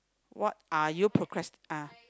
what are you procrastinate ah